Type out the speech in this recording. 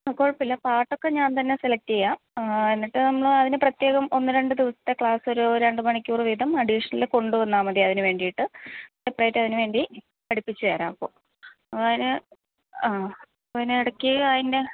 ആ കുഴപ്പമില്ല പാട്ടൊക്കെ ഞാന് തന്നെ സെലക്റ്റെയ്യാം എന്നിട്ട് നമ്മള് അതിന് പ്രത്യേകം ഒന്നു രണ്ടു ദിവസത്തെ ക്ലാസ്സൊരു രണ്ട് മണിക്കൂര് വീതം അഡീഷണല് കൊണ്ടുവന്നാല് മതി അതിനു വേണ്ടിയിട്ട് സെപ്പറേറ്റതിനുവേണ്ടി പഠിപ്പിച്ചുതരാം അപ്പോള് അതിന് അ അതിനിടയ്ക്ക് അതിന്